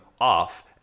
off